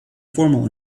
formal